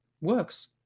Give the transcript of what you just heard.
works